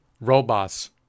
robots